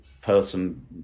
person